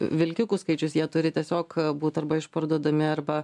vilkikų skaičius jie turi tiesiog būt arba išparduodami arba